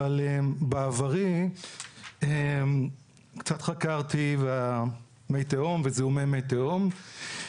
אבל בעברי קצת חקרתי מי תהום וזיהומי מי תהום.